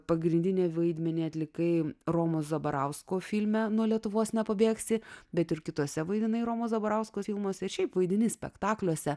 pagrindinį vaidmenį atlikai romo zabarausko filme nuo lietuvos nepabėgsi bet ir kitose vaidina romo zabarausko filmas ir šiaip vaidini spektakliuose